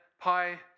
Pi